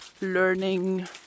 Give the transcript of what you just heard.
learning